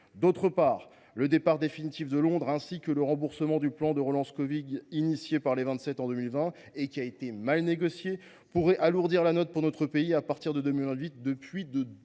D’autre part, le départ définitif de Londres ainsi que le remboursement du plan de relance covid 19 adopté par les Vingt Sept en 2020 et qui a été mal négocié pourraient alourdir la note pour notre pays à partir de 2028 de plus de